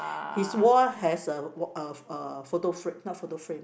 his wall has a w~ a a photo frame not photo frame